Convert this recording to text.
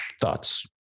Thoughts